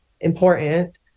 important